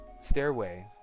stairway